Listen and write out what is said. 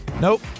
Nope